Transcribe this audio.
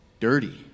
dirty